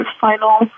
final